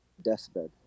deathbed